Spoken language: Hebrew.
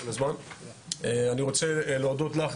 אני רוצה להודות לך,